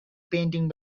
painting